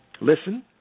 listen